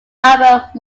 albert